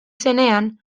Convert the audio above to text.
zenean